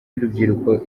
y’urubyiruko